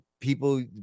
people